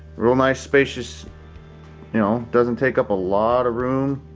real nice spacious, you know. doesn't take up a lot of room.